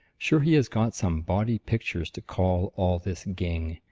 sure he has got some bawdy pictures to call all this ging!